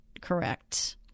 correct